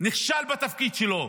נכשל בתפקיד שלו